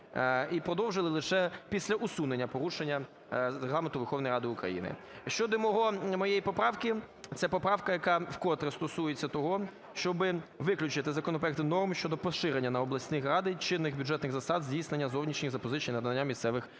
і продовжили лише після усунення порушення Регламенту Верховної Ради України. Щодо моєї поправки, це поправка, яка вкотре стосується того, щоб виключити із законопроекту норм щодо поширення на обласні ради чинних бюджетних засад здійснення зовнішніх запозичень і надання місцевих гарантій.